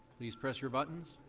please press your buttons.